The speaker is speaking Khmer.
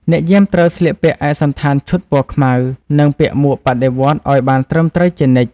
អ្នកយាមត្រូវស្លៀកពាក់ឯកសណ្ឋានឈុតពណ៌ខ្មៅ និងពាក់មួកបដិវត្តន៍ឱ្យបានត្រឹមត្រូវជានិច្ច។